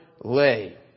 lay